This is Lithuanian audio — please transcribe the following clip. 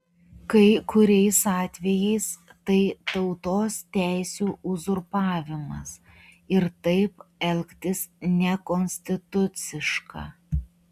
kai kuriais atvejais tai tautos teisių uzurpavimas ir taip elgtis nekonstituciška